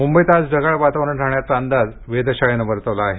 मुंबईत आज ढगाळ वातावरण राहण्याचा अंदाज वेधशाळेनं वर्तवला आहे